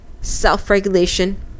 self-regulation